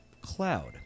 cloud